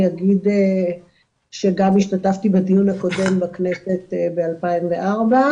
אני אגיד שגם השתתפתי בדיון הקודם בכנסת ב-2004.